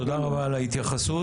תודה רבה על ההתייחסות.